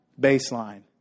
baseline